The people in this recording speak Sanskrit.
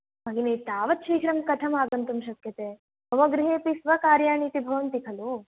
भगिनी तावत् शीघ्रं कथं आगन्तुं शक्यते मम गृहे अपि स्वकार्याणि इति भवन्ति खलु